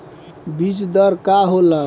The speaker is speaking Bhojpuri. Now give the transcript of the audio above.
बीज दर का होला?